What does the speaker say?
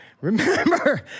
Remember